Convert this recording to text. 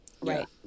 Right